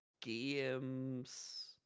games